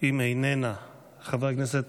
אם איננה, חבר הכנסת